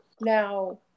Now